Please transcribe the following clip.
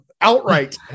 outright